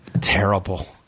terrible